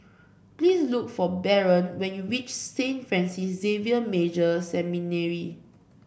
please look for Baron when you reach Saint Francis Xavier Major Seminary